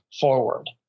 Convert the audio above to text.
forward